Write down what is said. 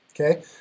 okay